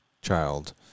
child